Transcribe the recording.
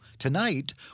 Tonight